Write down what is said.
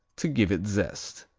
to give it zest.